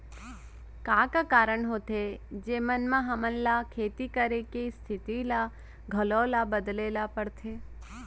का का कारण होथे जेमन मा हमन ला खेती करे के स्तिथि ला घलो ला बदले ला पड़थे?